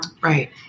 Right